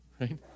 right